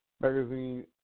Magazine